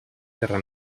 terra